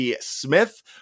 smith